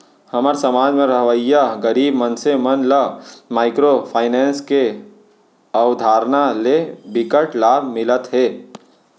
हमर समाज म रहवइया गरीब मनसे मन ल माइक्रो फाइनेंस के अवधारना ले बिकट लाभ मिलत हे